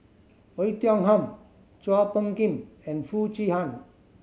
Oei Tiong Ham Chua Phung Kim and Foo Chee San